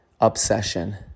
obsession